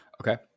Okay